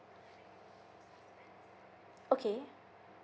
okay